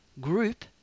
group